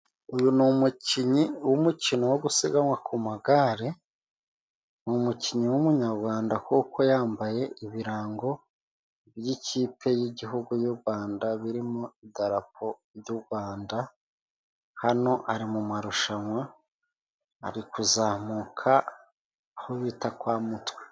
Uyu ni umukinyi w'umukino wo gusiganwa ku magare, umukinnyi w'umunyagwanda kuko yambaye ibirango by'ikipe y'igihugu y'u Gwanda birimo idarapo ry'u Gwanda, hano ari mumarushanwa ari kuzamuka aho bita kwa Mutwe.